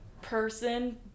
person